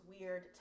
weird